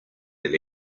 del